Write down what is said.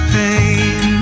pain